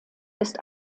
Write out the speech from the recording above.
ist